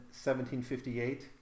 1758